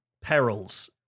perils